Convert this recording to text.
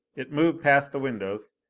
it moved past the windows,